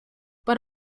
but